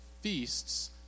feasts